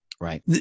Right